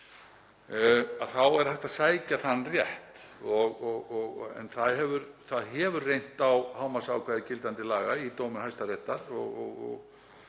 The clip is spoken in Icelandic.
þá er hægt að sækja þann rétt. Það hefur reynt á hámarksákvæði gildandi laga í dómum Hæstaréttar